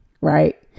right